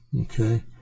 okay